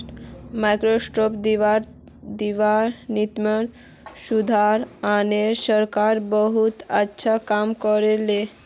microcredit दीबार नियमत सुधार आने सरकार बहुत अच्छा काम कर ले